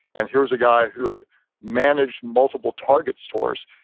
and here's a guy who had managed multiple target stores.